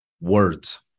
words